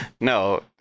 No